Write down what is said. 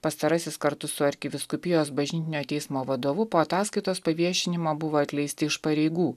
pastarasis kartu su arkivyskupijos bažnytinio teismo vadovu po ataskaitos paviešinimo buvo atleisti iš pareigų